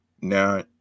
Now